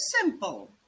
simple